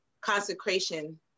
consecration